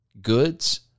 goods